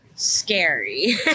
scary